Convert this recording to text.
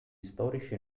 storici